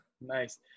Nice